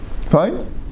fine